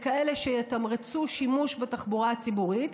לכאלה שיתמרצו שימוש בתחבורה הציבורית,